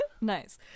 Nice